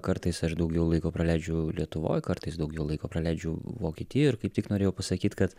kartais aš daugiau laiko praleidžiu lietuvoj kartais daugiau laiko praleidžiu vokietijoj ir kaip tik norėjau pasakyt kad